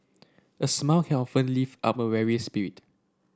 a smile lift up a weary spirit